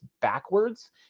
backwards